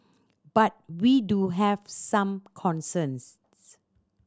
but we do have some concerns